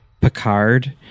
Picard